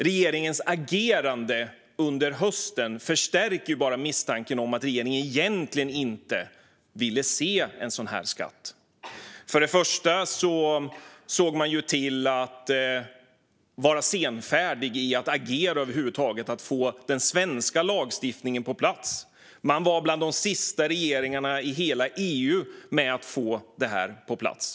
Regeringens agerande under hösten förstärker dock bara misstanken om att regeringen egentligen inte ville se en sådan här skatt. Först och främst såg regeringen till att vara senfärdig i agerandet för att över huvud taget få den svenska lagstiftningen på plats. Man var bland de sista regeringarna i hela EU med att få detta på plats.